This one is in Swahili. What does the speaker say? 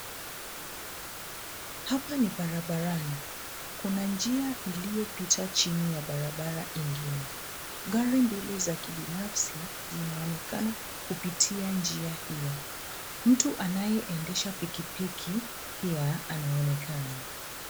Haa ni barabarani, kuna njia inayopita chini ya barabara ingine. Gari mbili za kibinafsi zinaonekana kupitia njia hio. Mtu anayeendesha pikipiki pia anonekana.